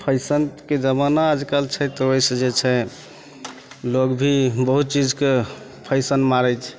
फैशनके जमाना आजकल छै तऽ ओहिसे जे छै लोक भी बहुत चीजके फैशन मारै छै